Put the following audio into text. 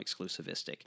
exclusivistic